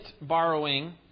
borrowing